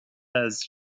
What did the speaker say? has